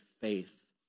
faith